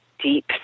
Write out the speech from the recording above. deep